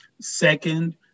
Second